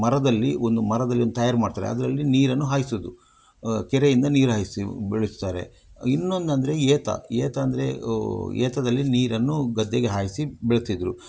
ಮರದಲ್ಲಿ ಒಂದು ಮರದಲ್ಲಿ ಒಂದು ತಯಾರು ಮಾಡ್ತಾರೆ ಅದರಲ್ಲಿ ನೀರನ್ನು ಹಾಯಿಸುವುದು ಕೆರೆಯಿಂದ ನೀರು ಹಾಯಿಸಿ ಬೆಳೆಸ್ತಾರೆ ಇನ್ನೊಂದು ಅಂದರೆ ಏತ ಏತ ಅಂದರೆ ಏತದಲ್ಲಿ ನೀರನ್ನು ಗದ್ದೆಗೆ ಹಾಯಿಸಿ ಬೆಳೆಸ್ತಿದ್ರು